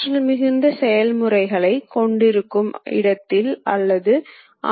இது இயந்திரம் செய்ய முடிகிற மிகச்சிறிய இடப்பெயர்ச்சி ஆகும்